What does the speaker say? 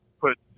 put